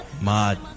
Mad